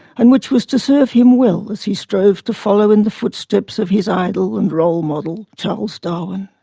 and which was to serve him well as he strove to follow in the footsteps of his idol and role model, charles darwin.